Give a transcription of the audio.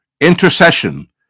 intercession